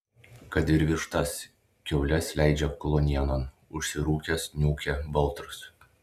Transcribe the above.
kad ir vištas kiaules leidžia kluonienon užsirūkęs niūkia baltrus